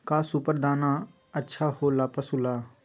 का सुपर दाना अच्छा हो ला पशु ला?